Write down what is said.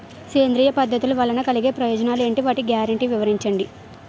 సేంద్రీయ పద్ధతుల వలన కలిగే ప్రయోజనాలు ఎంటి? వాటి గ్యారంటీ వివరించండి?